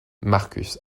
marcus